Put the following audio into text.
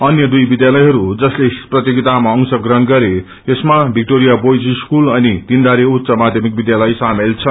अन्य दुई विध्यालयहरू जसले यस प्रतियोगितामा अंश ग्रहण गरे यसमा भिक्टोरिया वोइज स्कूल एक तीनथारे उच्च माध्यमिक विध्यालय शामेल छन्